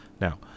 Now